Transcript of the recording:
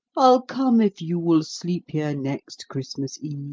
i'll come if you will sleep here next christmas eve.